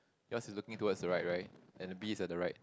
yours is looking towards the right right and the bees at the right